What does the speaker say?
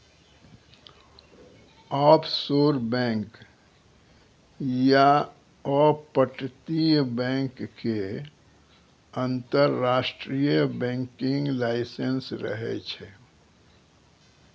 offshore bank या अपतटीय bank के अंतरराष्ट्रीय बैंकिंग लाइसेंस रहै छै